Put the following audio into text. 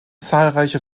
zahlreiche